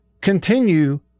continue